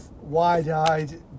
wide-eyed